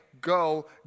go